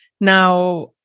now